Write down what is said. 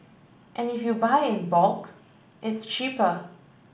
and if you buy in bulk it's cheaper